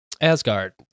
asgard